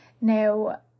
Now